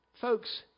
Folks